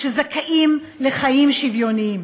הזכאים לחיים שוויוניים,